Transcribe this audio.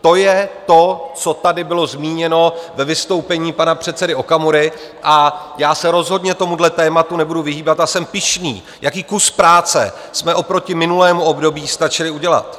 To je to, co tady bylo zmíněno ve vystoupení pana předsedy Okamury, a já se rozhodně tomuhle tématu nebudu vyhýbat a jsem pyšný, jaký kus práce jsme oproti minulému období stačili udělat.